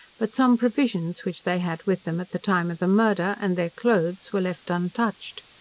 but some provisions which they had with them at the time of the murder, and their cloaths, were left untouched.